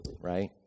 right